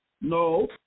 No